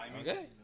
Okay